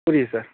புரியுது சார்